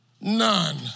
None